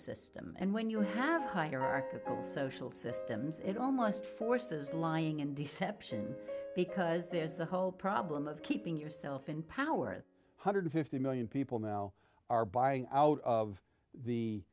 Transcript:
system and when you have hierarchical social systems it almost forces lying and deception because there's the whole problem of keeping yourself in power at one hundred fifty million people now are buying out of the